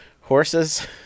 horses